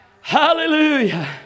Hallelujah